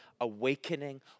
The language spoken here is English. awakening